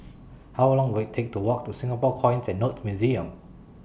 How Long Will IT Take to Walk to Singapore Coins and Notes Museum